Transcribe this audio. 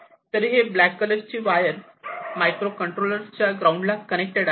तरीही ब्लॅक कलरची wire microcontroller च्या ग्राउंड ला कनेक्टेड आहे